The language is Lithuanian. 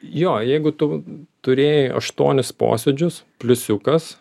jo jeigu tu turėjai aštuonis posėdžius pliusiukas